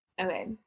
Okay